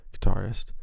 guitarist